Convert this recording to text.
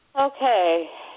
Okay